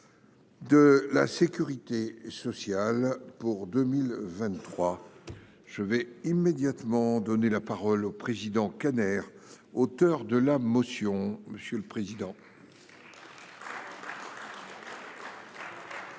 De la Sécurité sociale pour 2023. Je vais immédiatement donner la parole au président Kader, auteur de la motion. Monsieur le président. Allez-y,